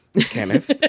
Kenneth